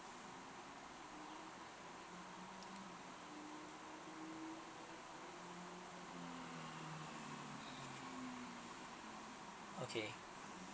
okay